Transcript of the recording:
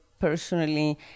personally